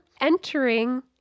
entering